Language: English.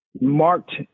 marked